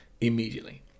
immediately